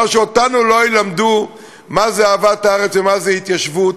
שאותנו לא ילמדו מה זה אהבת הארץ ומה זה התיישבות.